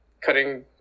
cutting